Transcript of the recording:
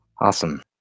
Awesome